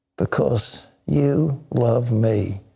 because you love me.